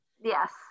Yes